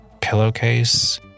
pillowcase